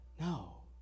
No